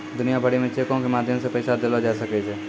दुनिया भरि मे चेको के माध्यम से पैसा देलो जाय सकै छै